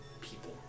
people